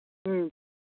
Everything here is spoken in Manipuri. ꯎꯝ